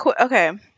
Okay